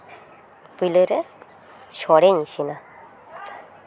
ᱯᱳᱭᱞᱳ ᱨᱮ ᱥᱳᱲᱮᱧ ᱤᱥᱤᱱᱟ